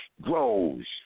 grows